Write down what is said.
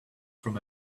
from